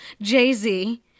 Jay-Z